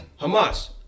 Hamas